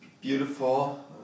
beautiful